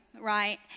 right